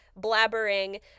blabbering